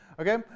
Okay